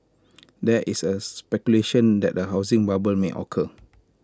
there is A speculation that A housing bubble may occur